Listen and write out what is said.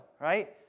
right